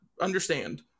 understand